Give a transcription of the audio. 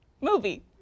Movie